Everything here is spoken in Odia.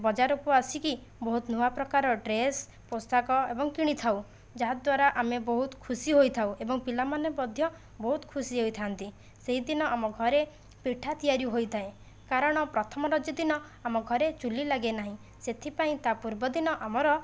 ବଜାରକୁ ଆସିକି ବହୁତ ନୂଆ ପ୍ରକାର ଡ୍ରେସ ପୋଷାକ ଏବଂ କିଣିଥାଉ ଯାହାଦ୍ଵାରା ଆମେ ବହୁତ ଖୁସି ହୋଇଥାଉ ଏବଂ ପିଲାମାନେ ମଧ୍ୟ ବହୁତ ଖୁସି ହୋଇଥା'ନ୍ତି ସେଇଦିନ ଆମ ଘରେ ପିଠା ତିଆରି ହୋଇଥାଏ କାରଣ ପ୍ରଥମ ରଜ ଦିନ ଆମ ଘରେ ଚୁଲି ଲାଗେନାହିଁ ସେଥିପାଇଁ ତା ପୂର୍ବ ଦିନ ଆମର